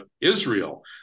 Israel